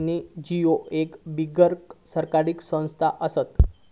NGO एक बिगर सरकारी संस्था असता